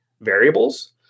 variables